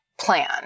plan